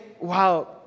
Wow